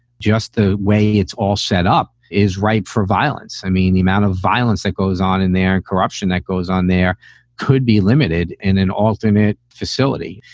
just the way it's all set up is ripe for violence. i mean, the amount of violence that goes on in there and corruption that goes on there could be limited in an alternate facility.